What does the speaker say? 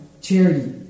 charity